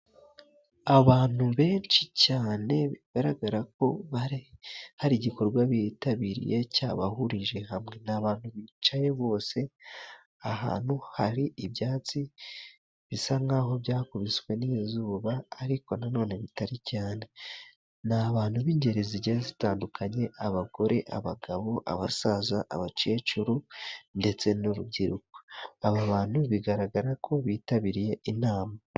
Abantu benshi cyane, bigaragara ko hari igikorwa bitabiriye cyabahurije hamwe. Ni abantu bicaye bose ahantu hari ibyatsi bisa nkaho byakubiswe n'izuba, ariko nanone bitari cyane. Ni abantu b'ingeri zigiye zitandukanye: abagore, abagabo, abasaza, abakecuru ndetse n'urubyiruko. Aba bantu bigaragara ko bitabiriye inama.